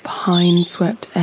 pine-swept